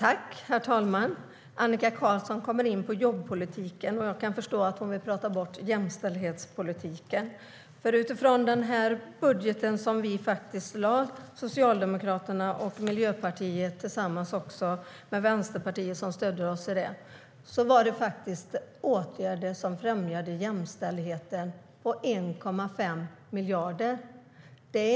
Herr talman! Annika Qarlsson kommer in på jobbpolitiken, och jag kan förstå att hon vill prata bort jämställdhetspolitiken. Den budget som Socialdemokraterna och Miljöpartiet med stöd av Vänsterpartiet lade fram innehöll åtgärder som främjade jämställdheten med 1,5 miljarder.